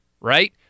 Right